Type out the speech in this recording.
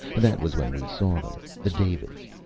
that was when we saw them, the davids.